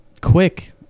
quick